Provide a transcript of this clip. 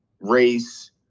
race